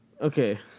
okay